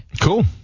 cool